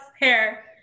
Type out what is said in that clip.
hair